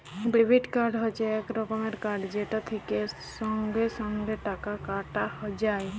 debit card হচ্যে এক রকমের কার্ড যেটা থেক্যে সঙ্গে সঙ্গে টাকা কাটা যায়